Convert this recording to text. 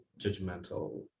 judgmental